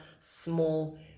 small